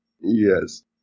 Yes